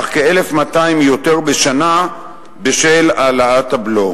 אך כ-1,200 יותר בשנה בשל העלאת הבלו.